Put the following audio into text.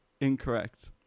Incorrect